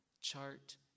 Chart